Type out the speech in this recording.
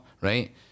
right